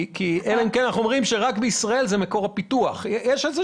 ההנחות פה הן כאלה